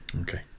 Okay